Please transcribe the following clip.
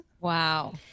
wow